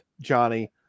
Johnny